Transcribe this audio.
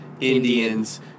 Indians